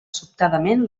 sobtadament